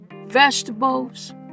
vegetables